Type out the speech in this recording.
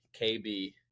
KB